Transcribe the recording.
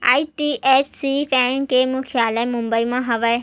IDFC bank के मुख्यालय मुबई म हवय